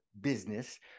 business